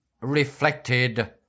reflected